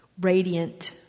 radiant